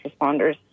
responders